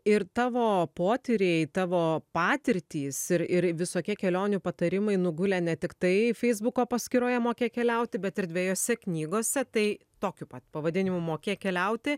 ir tavo potyriai tavo patirtys ir ir visokie kelionių patarimai nugulė ne tiktai feisbuko paskyroje mokėk keliauti bet ir dvejose knygose tai tokiu pat pavadinimu mokėk keliauti